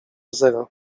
zero